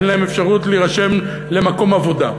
אין להם אפשרות להירשם למקום עבודה.